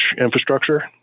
infrastructure